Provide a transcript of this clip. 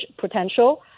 Potential